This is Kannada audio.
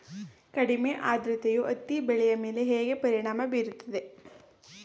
ಕಡಿಮೆ ಆದ್ರತೆಯು ಹತ್ತಿ ಬೆಳೆಯ ಮೇಲೆ ಹೇಗೆ ಪರಿಣಾಮ ಬೀರುತ್ತದೆ?